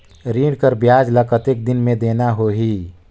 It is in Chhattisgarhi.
ऋण कर ब्याज ला कतेक दिन मे देना होही?